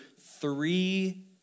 three